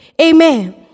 Amen